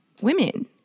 women